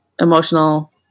emotional